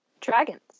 Dragons